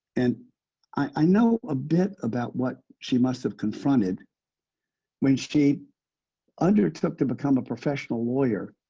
and i know a bit about what she must have confronted when she undertook to become a professional lawyer.